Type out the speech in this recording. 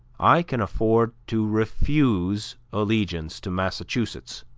i can afford to refuse allegiance to massachusetts,